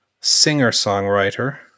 singer-songwriter